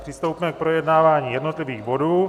Přistoupíme k projednávání jednotlivých bodů.